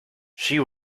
she